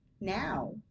Now